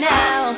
now